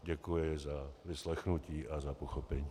Děkuji za vyslechnutí a za pochopení.